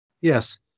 Yes